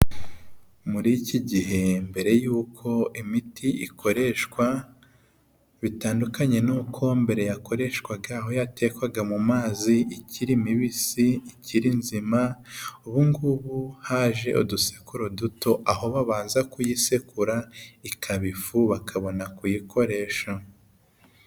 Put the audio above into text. Muri iki gihe mbere y'uko imiti ikoreshwa bitandukanye n'uko mbere yakoreshwaga, aho yatekwaga mu mazi ikiri mibisi, ikiri nzima. Ubungubu haje udusekuru duto aho babanza kuyisekura ikaba ifu bakabona kuyikoresha.